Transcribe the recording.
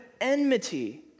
enmity